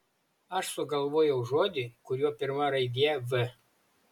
aš sugalvojau žodį kurio pirma raidė v